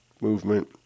movement